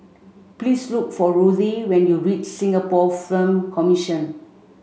please look for Ruthie when you reach Singapore Film Commission